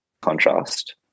contrast